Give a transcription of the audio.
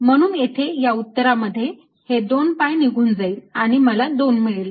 म्हणून येथे या उत्तरांमध्ये हे 2 pi निघून जाईल आणि मला 2 मिळेल